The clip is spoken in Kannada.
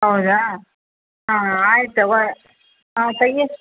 ಹೌದಾ ಹಾಂ ಆಯ್ತವ ಹಾಂ ಸಯ್ಯ